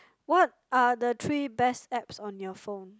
what are the three best apps on your phone